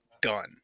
done